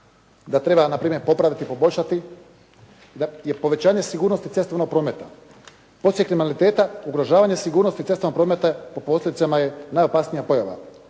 da treba npr. popraviti i poboljšati je povećanje sigurnosti cestovnog prometa. … kriminaliteta, ugrožavanje sigurnosti cestovnog prometa po posljedcima je najopasnija pojava.